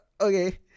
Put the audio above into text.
okay